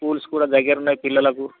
schools కూడా దగ్గర ఉన్నాయి పిల్లలకు